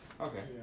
Okay